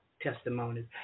testimonies